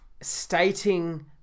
stating